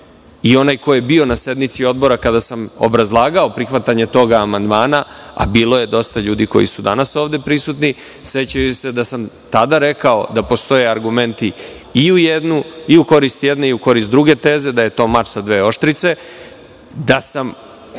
i onaj ko je bio na sednici odbora kada sam obrazlagao prihvatanje tog amandmana, a bilo je dosta ljudi koji su danas ovde prisutni, seća se da sam tada rekao da postoje argumenti i u korist jedne i u korist druge teze, da je to mač sa dve oštrice i da sam